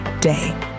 day